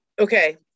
okay